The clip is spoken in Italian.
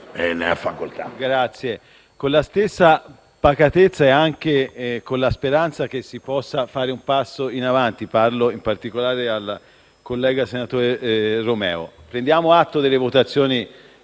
con la stessa pacatezza e anche con la speranza che si possa fare un passo in avanti - parlo in particolare al collega, senatore Romeo - prendiamo atto delle votazioni